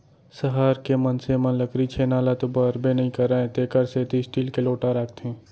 सहर के मनसे मन लकरी छेना ल तो बारबे नइ करयँ तेकर सेती स्टील के लोटा राखथें